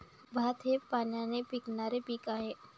भात हे पाण्याने पिकणारे पीक आहे